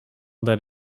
that